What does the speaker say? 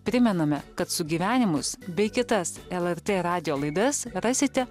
primename kad sugyvenimus bei kitas lrt radijo laidas rasite